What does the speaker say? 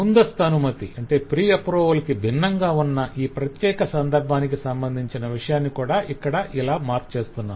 ముందస్తు అనుమతి కి భిన్నంగా ఉన్న ఈ ప్రత్యక సందర్భానికి సంబధించిన విషయాన్ని కూడా ఇక్కడ ఇలా మార్క్ చేస్తున్నాం